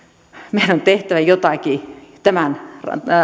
meidän on tehtävä jotakin tämän